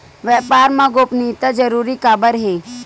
व्यापार मा गोपनीयता जरूरी काबर हे?